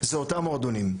הוא אותם מועדונים.